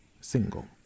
single